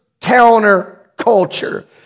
counterculture